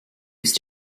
used